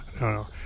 no